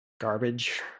garbage